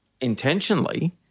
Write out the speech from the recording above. intentionally